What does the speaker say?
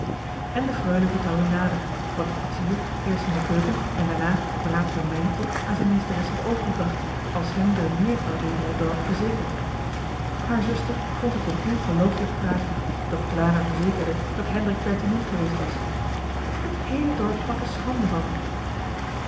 en de freule vertelde nader wat de koetsier eerst in de keuken en daarna op raad van mijntje aan johan de meester de zonde in het deftige dorp zijn meesteres had overgebracht als hem door meer dan één in het dorp verzekerd haar zuster vond het een ongeloofelijk praatje doch clara verzekerde dat hendrik pertinent geweest was het heele dorp sprak er schande van